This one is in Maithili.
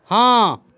हॅं